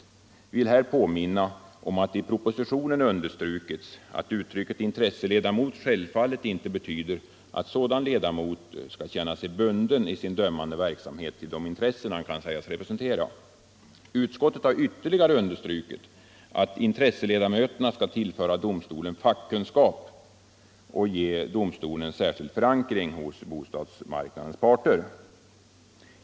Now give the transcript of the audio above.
Onsdagen den Jag vill påminna om att det i propositionen understrukits att uttrycket 11 december 1974 intresseledamot självfallet inte betyder att sådan ledamot skall känna sig bunden i sin dömande verksamhet till det intresse han kan sägas = Lagförslag om representera. bostadsdomstol, Utskottet har ytterligare understrukit att intresseledamöterna skall tillm. m föra domstolen fackkunskap och ge domstolen en särskild förankring hos bostadsmarknadens parter.